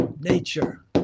nature